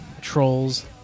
trolls